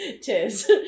Tis